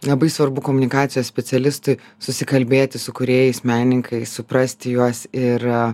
labai svarbu komunikacijos specialistui susikalbėti su kūrėjais menininkais suprasti juos ir